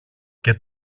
και